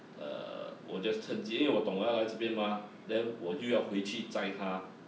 err 我 just 趁机因为我懂要来这边吗 then 我就要回去在他